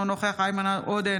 אינו נוכח איימן עודה,